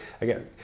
again